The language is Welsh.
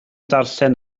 darllen